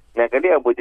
negalėjo būti